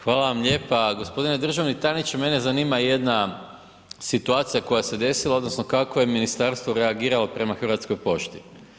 Hvala vam lijepa. g. Državni tajniče, mene zanima jedna situacija koja se desila odnosno kako je ministarstvo reagiralo prema Hrvatskoj pošti.